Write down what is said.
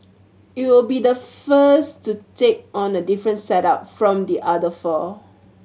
it will be the first to take on a different setup from the other four